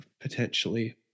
potentially